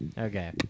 Okay